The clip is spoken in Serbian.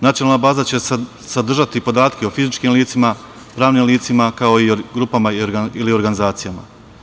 Nacionalna baza će sadržati podatke o fizičkim licima, pravnim licima, kao i grupama ili organizacijama.